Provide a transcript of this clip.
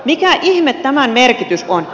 mikä ihme tämän merkitys on